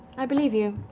i believe you.